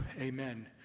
amen